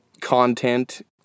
content